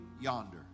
yonder